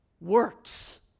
Works